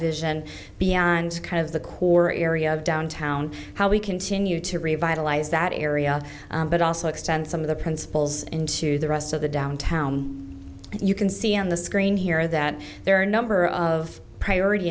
vision beyond kind of the core area of downtown how we continue to revitalize that area but also extend some of the principles into the rest of the downtown and you can see on the screen here that there are a number of priority